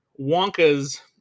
Wonka's